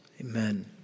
amen